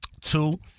Two